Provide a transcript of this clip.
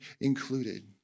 included